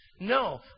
No